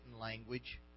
language